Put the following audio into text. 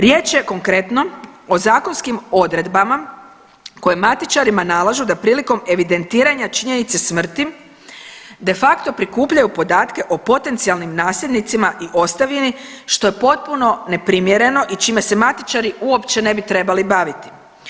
Riječ je konkretno o zakonskim odredbama koje matičarima nalažu da prilikom evidentiranja činjenice smrti de facto prikupljaju podatke o potencijalnim nasljednicima i ostavini što je potpuno neprimjereno i čime se matičari uopće ne bi trebali baviti.